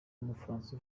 w’umufaransa